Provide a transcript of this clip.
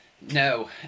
No